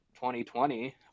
2020